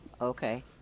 okay